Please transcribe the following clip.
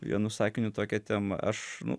vienu sakiniu tokią temą aš nu